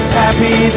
happy